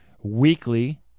weekly